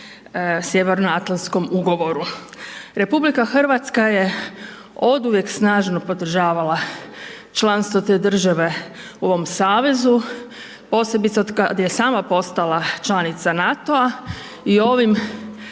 Sjevernoatlanskom ugovoru. RH je oduvijek snažno podržavala članstvo te države u ovom savezu, posebice od kad je sama postala članica NATO-a i ovim